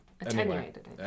Attenuated